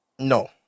No